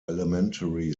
elementary